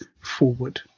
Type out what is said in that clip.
forward